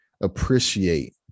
appreciate